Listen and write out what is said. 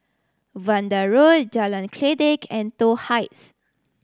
Vanda Road Jalan Kledek and Toh Heights